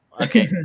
Okay